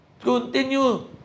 continue